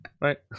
right